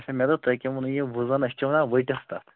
اچھا مےٚ دوٚپ تۄہہِ کیٛاہ ووٚنُو یہِ وۄنۍ زَن أسۍ چھِ وَنان وٕٹِس تَتھ